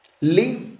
Live